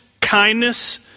kindness